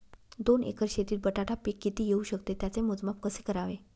दोन एकर शेतीत बटाटा पीक किती येवू शकते? त्याचे मोजमाप कसे करावे?